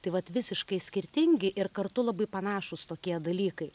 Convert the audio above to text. tai vat visiškai skirtingi ir kartu labai panašūs tokie dalykai